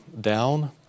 down